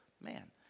man